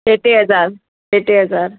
टे टे हज़ार टे टे हज़ार